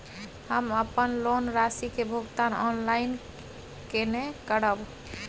हम अपन लोन राशि के भुगतान ऑनलाइन केने करब?